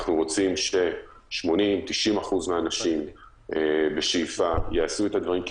אנחנו רוצים ש-80% 90% מהאנשים יעשו את הדברים כי